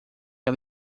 ela